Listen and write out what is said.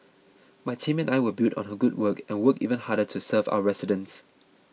my team and I will build on her good work and work even harder to serve our residents